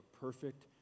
perfect